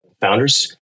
founders